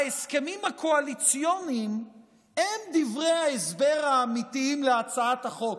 ההסכמים הקואליציוניים הם דברי ההסבר האמיתיים להצעת החוק,